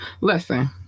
Listen